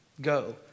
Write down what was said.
Go